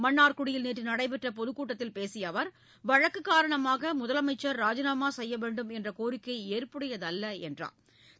மன்னார்குடியில் நேற்று நடைபெற்ற பொதுக்கூட்டத்தில் பேசிய அவர் வழக்கு காரணமாக முதலமைச்சர் ராஜினாமா செய்ய வேண்டும் என்ற கோரிக்கை ஏற்புடையதல்ல என்றும் அவர் தெரிவித்தார்